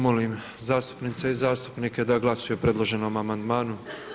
Molim zastupnice i zastupnike da glasuju o predloženom amandmanu.